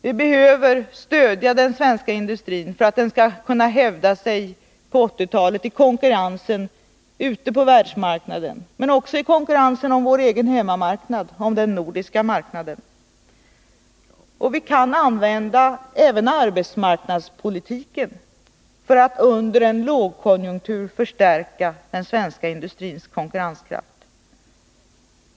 Vi behöver stödja den svenska industrin för att den på 1980-talet skall kunna hävda sig i konkurrensen med andra länder både om världsmarknaden och om den svenska och de nordiska marknaderna. Vi kan använda även arbetsmarknadspolitiken för att under lågkonjunktur förstärka den svenska industrins konkurrenskraft.